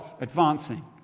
advancing